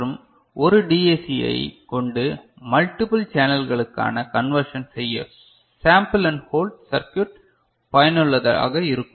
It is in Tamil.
மற்றும் ஒரு டிஏசியை கொண்டு மல்டிபிள் சேனல்களுக்கான கன்வெர்ஷன் செய்ய சேம்பில் அண்ட் ஹோல்ட் சர்க்யூட் பயனுள்ளதாக இருக்கும்